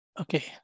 Okay